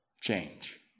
change